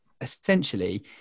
essentially